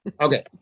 Okay